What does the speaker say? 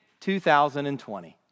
2020